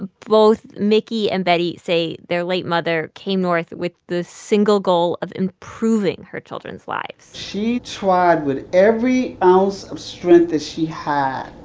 both mickey and betty say their late mother came north with the single goal of improving her children's lives she tried ah with every ounce of strength that she had